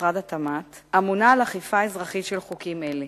במשרד התמ"ת אמונה על אכיפה אזרחית של חוקים אלה.